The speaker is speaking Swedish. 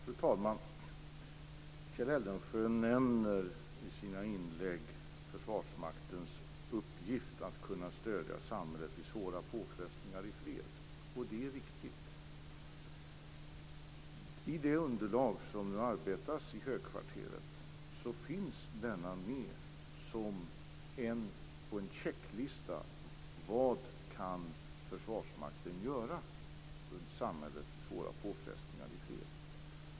Fru talman! Kjell Eldensjö nämner i sina inlägg Försvarsmaktens uppgift att stödja samhället vid svåra påfrestningar i fred. Det är riktigt. I det underlag som nu arbetas fram i högkvarteret finns denna uppgift med på en checklista. Vad kan Försvarsmakten göra för samhället vid svåra påfrestningar i fred?